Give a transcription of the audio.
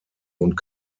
und